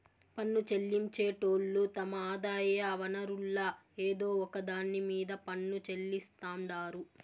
పన్ను చెల్లించేటోళ్లు తమ ఆదాయ వనరుల్ల ఏదో ఒక దాన్ని మీద పన్ను చెల్లిస్తాండారు